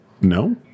No